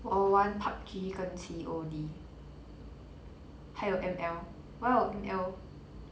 我玩 PUB_G 跟 C_O_D 还有 M_L !wow! M_L